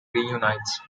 reunites